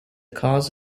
cause